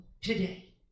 today